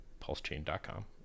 pulsechain.com